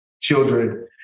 children